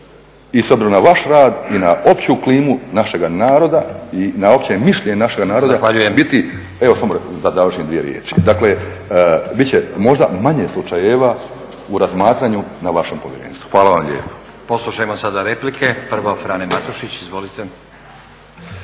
i s obzirom na vaš rad i na opću klimu našega naroda i na opće mišljenje našega naroda bit će možda manje slučajeva u razmatranju na vašem povjerenstvu. Hvala vam lijepo. **Stazić, Nenad (SDP)** Poslušajmo sada replike. Prvo Frane Matušić. Izvolite.